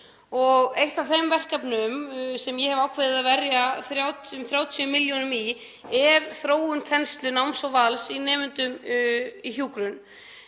Eitt af þeim verkefnum sem ég hef ákveðið að verja um 30 milljónum í er þróun kennslu, náms og vals hjá nemendum í hjúkrun